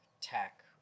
tech